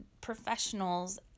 professionals